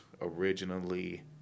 originally